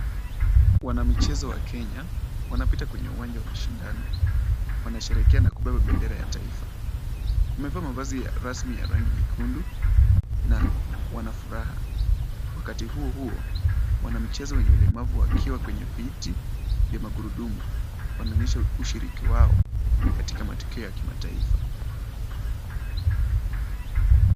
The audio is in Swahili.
Wanamchezo wa Kenya, wanapita kwenye uwanja wa mashindano. Wanasherehekea na kubeba bendera ya taifa. Wamevaa mavazi ya rasmi ya rangi nyekundu, na wanafuraha. Wakati huo huo, wanamchezo wenye ulemavu wakiwa kwenye viti vya magurudumu. Wanaonyesha ushiriki wao, katika matokeo ya kimataifa.